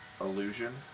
illusion